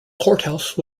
courthouse